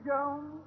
Jones